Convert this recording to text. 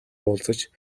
уулзаж